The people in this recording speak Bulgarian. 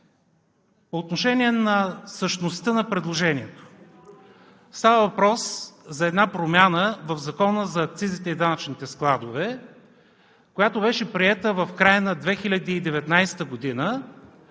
По отношение същността на предложението. Става въпрос за една промяна в Закона за акцизите и данъчните складове, която беше приета в края на 2019 г.